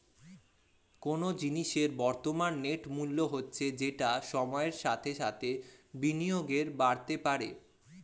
কোনো জিনিসের বর্তমান নেট মূল্য হচ্ছে যেটা সময়ের সাথে সাথে বিনিয়োগে বাড়তে পারে